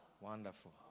Wonderful